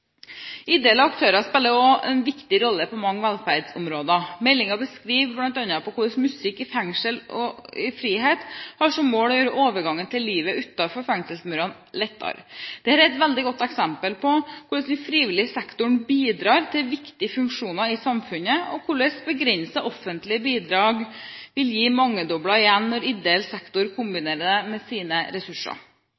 aktører spiller også en viktig rolle på mange velferdsområder. Meldingen beskriver bl.a. hvordan prosjektet Musikk i fengsel og frihet har som mål å gjøre overgangen til livet utenfor fengselsmurene lettere. Det er et veldig godt eksempel på hvordan frivillig sektor bidrar til viktige funksjoner i samfunnet, og hvordan begrensede offentlige bidrag vil gi mangedobbelt igjen når ideell sektor